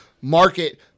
market